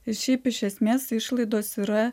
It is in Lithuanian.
ir šiaip iš esmės išlaidos yra